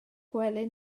gwely